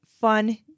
fun